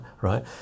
right